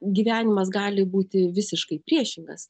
gyvenimas gali būti visiškai priešingas